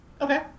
Okay